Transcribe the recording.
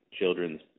children's